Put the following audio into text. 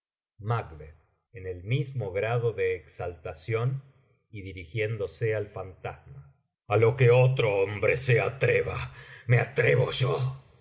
en el mismo grado de exaltación y dirigiéndose al fantasma a lo que otro hombre se atreva me atrevo yo